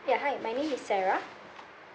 ya hi my name is sarah